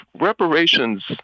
reparations